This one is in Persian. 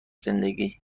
زندگی